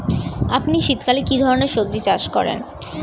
আপনি শীতকালে কী ধরনের সবজী চাষ করেন?